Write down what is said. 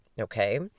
okay